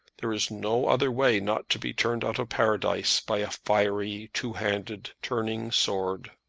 there is no other way not to be turned out of paradise by a fiery two-handed turning sword.